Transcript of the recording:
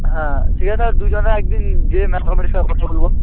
হ্যাঁ ঠিক আছে আর দুজনে একদিন গিয়ে মেলা কমিটির সঙ্গে কথা বলবো